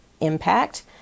impact